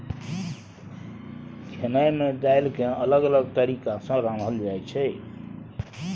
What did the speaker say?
खेनाइ मे दालि केँ अलग अलग तरीका सँ रान्हल जाइ छै